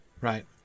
right